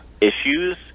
issues